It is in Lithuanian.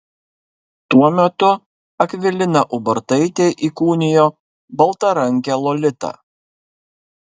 tuo metu akvilina ubartaitė įkūnijo baltarankę lolitą